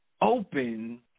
open